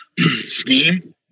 scheme